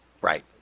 Right